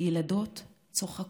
ילדות צוחקות.